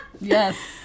Yes